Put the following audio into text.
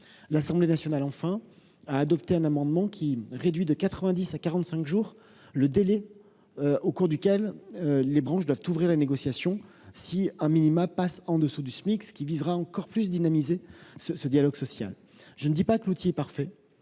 l'Assemblée nationale a adopté un amendement qui vise à réduire de 90 à 45 jours le délai au cours duquel les branches doivent ouvrir des négociations, si un minimum passe en dessous du SMIC, ce qui dynamiserait encore plus le dialogue social. Je ne dis pas que l'outil est parfait,